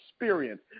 experience